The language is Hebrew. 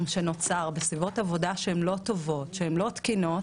שנוצר בסביבות עבודה שהן לא טובות ולא תקינות